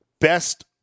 best